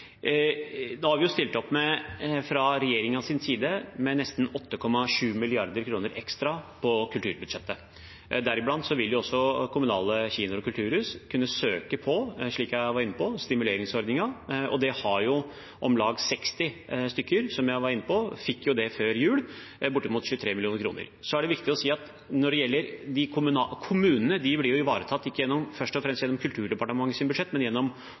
kulturbudsjettet. Blant annet kommunale kinoer og kulturhus vil kunne søke på stimuleringsordningen, slik jeg var inne på. Det har om lag 60 stykker gjort, som jeg var inne på, og de fikk før jul bortimot 23 mill. kr. Så er det viktig å si at når det gjelder kommunene, blir ikke de ivaretatt først og fremst gjennom Kulturdepartementets budsjett, men gjennom